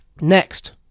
Next